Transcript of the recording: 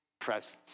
presence